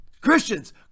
Christians